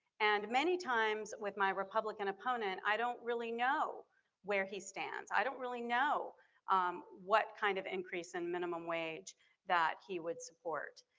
and many times with my republican opponent i don't really know where he stands. i don't really know what kind of increase in minimum wage that he would support.